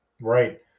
Right